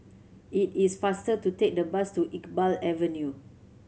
it is faster to take the bus to Iqbal Avenue